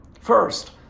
First